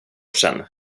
sedan